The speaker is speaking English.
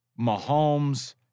Mahomes